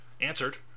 answered